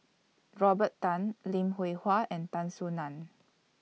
Robert Tan Lim Hwee Hua and Tan Soo NAN